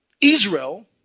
Israel